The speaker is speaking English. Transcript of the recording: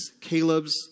Caleb's